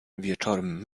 wieczorem